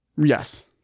Yes